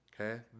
Okay